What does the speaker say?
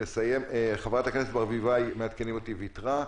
מעדכנים אותי שחברת הכנסת ברביבאי ויתרה.